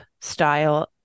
style